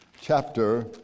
chapter